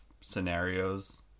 scenarios